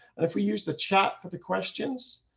and if we use the chat for the questions.